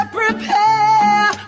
prepare